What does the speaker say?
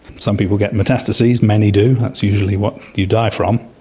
some people get metastases, many do, that's usually what you die from.